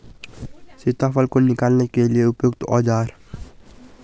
सीताफल को निकालने के लिए उपयुक्त औज़ार?